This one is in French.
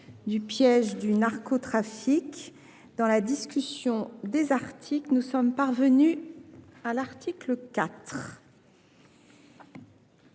du piège du narcotrafic. Dans la discussion des articles, nous en sommes parvenus à l’article 4.